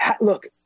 Look